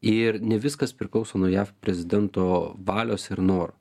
ir ne viskas priklauso nuo jav prezidento valios ir noro